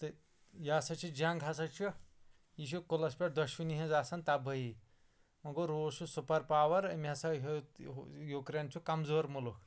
تہٕ یا سا چھُ جَنٛگ ہَسا چھ یہِ چھ کُلَس پٮ۪ٹھ دۄشؤنی ہٕنٛز آسان تبٲہی وۅنۍ گوٚو روٗس چھُ سُپَر پاوَر أمۍ ہَسا ہیٚوت یُکرین چھُ کمزور مُلُک